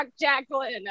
jacqueline